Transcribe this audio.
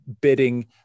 bidding